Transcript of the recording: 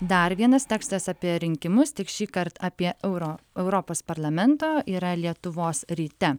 dar vienas tekstas apie rinkimus tik šįkart apie euro europos parlamentą yra lietuvos ryte